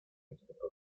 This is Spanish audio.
disputó